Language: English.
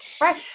Right